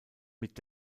mit